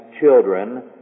children